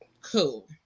Cool